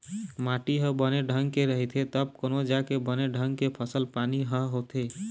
माटी ह बने ढंग के रहिथे तब कोनो जाके बने ढंग के फसल पानी ह होथे